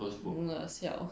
no lah siao